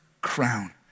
crown